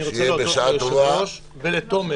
אני רוצה להודות ליושב-ראש, לתומר